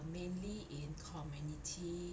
mainly in community